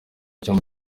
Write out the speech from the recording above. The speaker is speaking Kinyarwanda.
cyumba